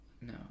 no